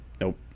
Nope